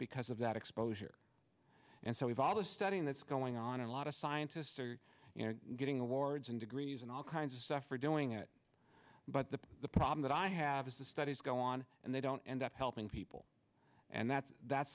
because of that exposure and so we've always studying that's going on and a lot of scientists are you know getting awards and degrees and all kinds of stuff for doing it but the the problem that i have is the studies go on and they don't end up helping people and that's that's